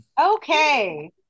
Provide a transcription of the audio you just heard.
Okay